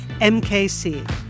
MKC